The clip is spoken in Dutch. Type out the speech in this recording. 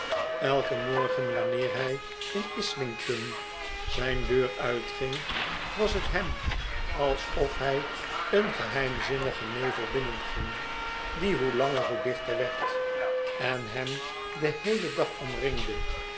elken morgen wanneer hij in islington zijn deur uitging was het hem alsof hij een geheimzinnigen nevel binnenging die hoe langer hoe dichter werd en hem den heelen dag omringde